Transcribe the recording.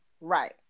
Right